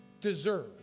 deserve